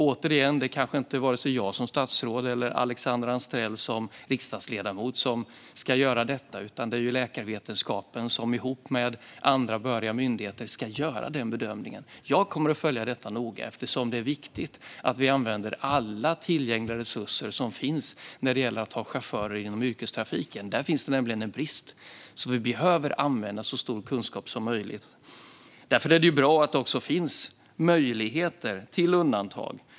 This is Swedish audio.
Återigen: Det är kanske inte vare sig jag som statsråd eller Alexandra Anstrell som riksdagsledamot som ska göra denna bedömning, utan det är läkarvetenskapen tillsammans med berörda myndigheter som ska göra denna bedömning. Jag kommer att följa detta noga eftersom det är viktigt att vi använder alla tillgängliga resurser som finns när det gäller att ha chaufförer inom yrkestrafiken. Där finns det nämligen en brist. Vi behöver därför använda så stor kunskap som möjligt. Därför är det bra att det också finns möjligheter till undantag.